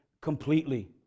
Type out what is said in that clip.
completely